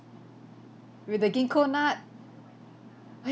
with the ginkgo nut